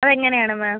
അത് എങ്ങനെയാണ് മാം